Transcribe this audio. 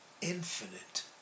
infinite